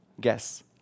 guess